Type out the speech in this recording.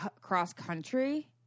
cross-country